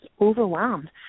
overwhelmed